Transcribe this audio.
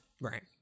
Right